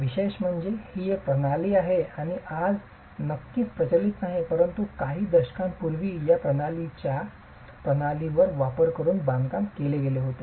विशेष म्हणजे ही एक प्रणाली आहे जी आज नक्कीच प्रचलित नाही परंतु काही दशकांपूर्वीही या प्रकारच्या प्रणालीचा वापर करून बांधकाम केले गेले होते